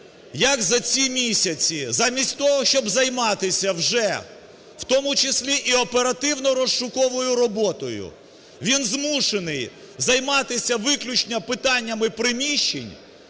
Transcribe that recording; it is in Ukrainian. як за ці місяці замість того, щоб займатися вже, в тому числі і оперативно-розшуковою роботою, він змушений займатися виключно питаннями приміщень.